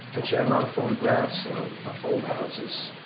and she had a lot of photographs of old houses,